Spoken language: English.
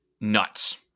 nuts